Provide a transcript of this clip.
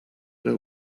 know